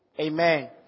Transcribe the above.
Amen